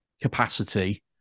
capacity